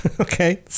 okay